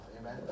Amen